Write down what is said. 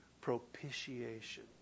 propitiation